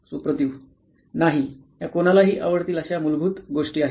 सुप्रातिव नाही ह्या कोणालाही आवडतील अशा मूलभूत गोष्टी आहेत